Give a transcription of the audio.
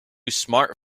smart